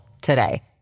today